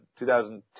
2010